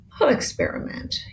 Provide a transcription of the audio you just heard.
experiment